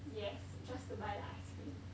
yes just to buy the ice cream